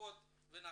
רחובות ונתניה.